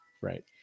Right